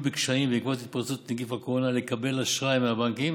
בקשיים בעקבות התפרצות נגיף הקורונה לקבל אשראי מהבנקים